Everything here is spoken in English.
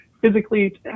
physically